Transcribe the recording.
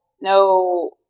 no